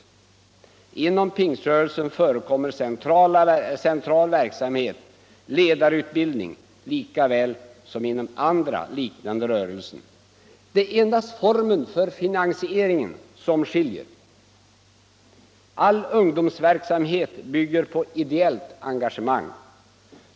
Inom pingströrelsen förekommer således central verksamhet och ledarutbildning lika väl som inom andra liknande rörelser. Det är endast formen för finansieringen som skiljer. All ungdomsverksamhet bygger på ideellt engagemang.